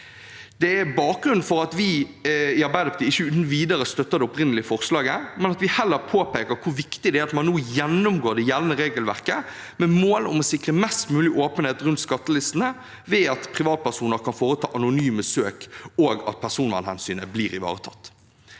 Det er bakgrunnen for at vi i Arbeiderpartiet ikke uten videre støtter det opprinnelige forslaget, men at vi heller påpeker hvor viktig det er at man nå gjennomgår det gjeldende regelverket med mål om å sikre mest mulig åpenhet rundt skattelistene ved at privatpersoner kan foreta anonyme søk, og at personvernhensynet blir ivaretatt.